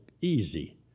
easy